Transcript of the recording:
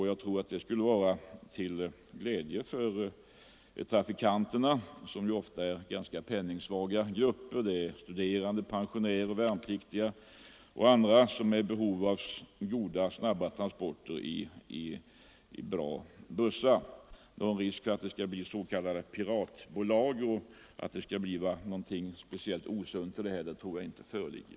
Jag tror att detta skulle vara till glädje för trafikanterna, som ju ofta är ganska penningsvaga grupper, såsom studerande, pensionärer, värnpliktiga och andra med behov av goda och snabba transporter i bra bussar. Någon risk för en osund utveckling genom att det bildas s.k. piratbolag tror jag inte föreligger.